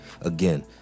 Again